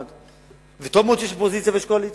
טוב מאוד שיש אופוזיציה וקואליציה,